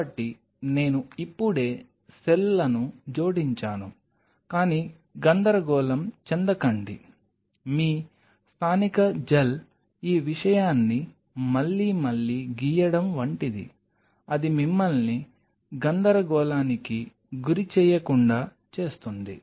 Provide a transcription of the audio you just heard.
కాబట్టి నేను ఇప్పుడే సెల్లను జోడించాను కానీ గందరగోళం చెందకండి మీ స్థానిక జెల్ ఈ విషయాన్ని మళ్లీ మళ్లీ గీయడం వంటిది అది మిమ్మల్ని గందరగోళానికి గురిచేయకుండా చేస్తుంది